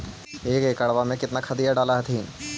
एक एकड़बा मे कितना खदिया डाल हखिन?